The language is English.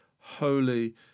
holy